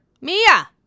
Mia